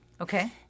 Okay